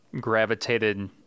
gravitated